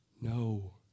No